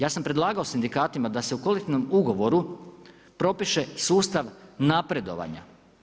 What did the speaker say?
Ja sam predlagao sindikatima da se u kolektivnom ugovoru propiše sustav napredovanja.